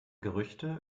gerüchte